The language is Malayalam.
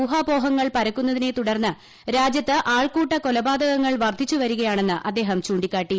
ഊഹാപോഹങ്ങൾ പരക്കുന്നതിന്റെ തുടർന്ന് രാജൃത്ത് ആൾക്കൂട്ട കൊലപാതകങ്ങൾ വർദ്ധിച്ചുവ്രികയ്ാണെന്ന് അദ്ദേഹം ചൂണ്ടിക്കാട്ടി